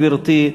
גברתי,